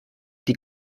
die